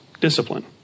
discipline